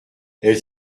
elle